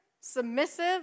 submissive